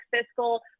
fiscal